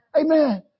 Amen